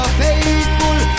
faithful